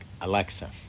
Alexa